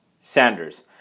Sanders